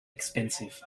expensive